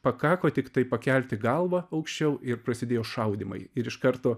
pakako tiktai pakelti galvą aukščiau ir prasidėjo šaudymai ir iš karto